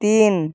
তিন